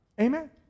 Amen